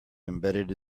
embedded